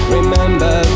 Remember